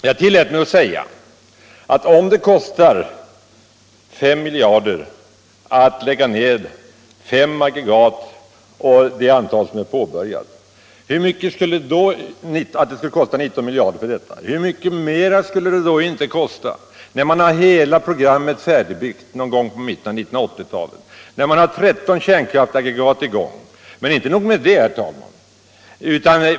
Jag tillät mig säga: Om det kostar 19 miljarder att lägga ner fem aggregat och de byggen som är påbörjade, hur mycket mera kostar det då inte att göra en nedläggning när hela programmet är färdigbyggt någon gång i mitten av 1980-talet? Då har man 13 kärnkraftsaggregat i gång. Men inte nog med det.